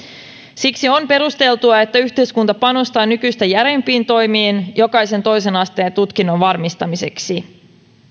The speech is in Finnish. siksi on perusteltua että yhteiskunta panostaa nykyistä järeämpiin toimiin jokaisen toisen asteen tutkinnon varmistamiseksi